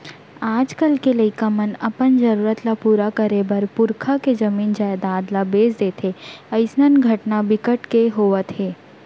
आजकाल के लइका मन अपन जरूरत ल पूरा करे बर पुरखा के जमीन जयजाद ल बेच देथे अइसन घटना बिकट के होवत हे